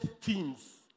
teams